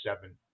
seven